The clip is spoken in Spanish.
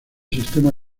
sistema